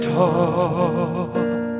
talk